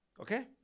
Okay